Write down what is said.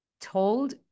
told